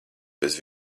bez